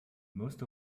most